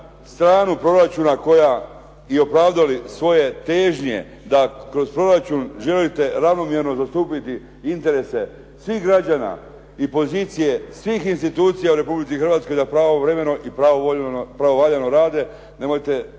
stranu proračuna i opravdali svoje težnje da kroz proračun želite ravnomjerno zastupati interese svih građana i pozicije svih institucija u Republici Hrvatskoj da pravovremeno i pravovaljano rade. Nemojte